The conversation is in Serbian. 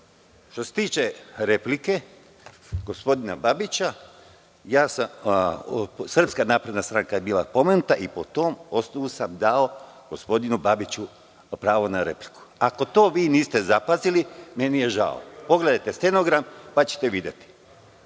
se tiče replike gospodina Babića, SNS je bila pomenuta i po tom osnovu sam dao gospodinu Babiću pravo na repliku. Ako to vi niste zapazili, meni je žao. Pogledajte stenogram pa ćete videti.